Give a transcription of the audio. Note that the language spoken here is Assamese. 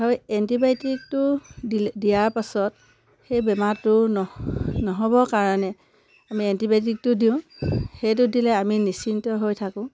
ধৰক এণ্টিবায়'টিকটো দিলে দিয়াৰ পাছত সেই বেমাৰটো নহ'ব কাৰণে আমি এণ্টিবায়'টিকটো দিওঁ সেইটো দিলে আমি নিশ্চিন্ত হৈ থাকোঁ